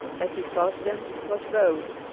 as he passed them, was bowed.